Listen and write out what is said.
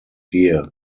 here